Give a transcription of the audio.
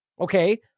Okay